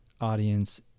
audience